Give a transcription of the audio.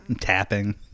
Tapping